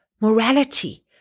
morality